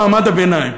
מעמד הביניים.